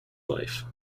life